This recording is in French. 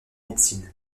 médecine